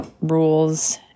rules